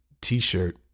t-shirt